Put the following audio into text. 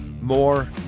more